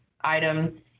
item